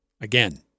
again